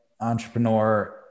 entrepreneur